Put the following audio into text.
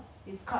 okay